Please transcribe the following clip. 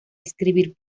escribir